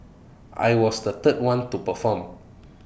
I was the third one to perform